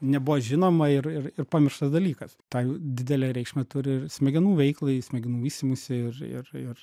nebuvo žinoma ir ir pamirštas dalykas tą didelę reikšmę turi ir smegenų veiklai smegenų vystymuisi ir ir ir